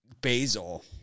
basil